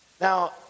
Now